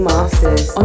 Masters